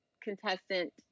contestant